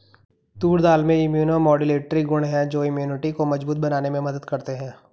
तूर दाल में immuno modulatory गुण हैं जो इम्यूनिटी को मजबूत बनाने में मदद करते है